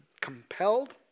compelled